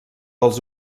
als